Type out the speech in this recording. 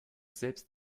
selbst